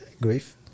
grief